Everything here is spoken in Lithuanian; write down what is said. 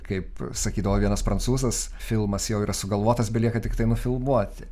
kaip sakydavo vienas prancūzas filmas jau yra sugalvotas belieka tik tai nufilmuoti